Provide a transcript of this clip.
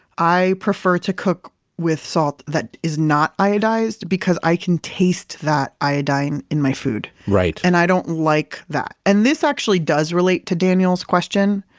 i prefer to cook with salt that is not iodized, because i can taste that iodine in my food and i don't like that. and this actually does relate to daniel's question,